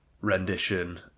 rendition